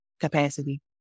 capacity